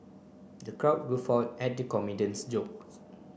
the crowd guffawed at the comedian's jokes